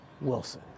Wilson